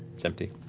it's empty.